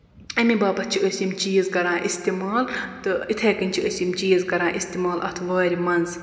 اَمے باپَتھ چھِ أسۍ یِم چیٖز کران اِستعمال تہٕ یِتھٕے کَنۍ چھِ أسۍ یِم چیٖز کران اِستعمال اَتھ وارِ منٛز